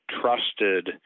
trusted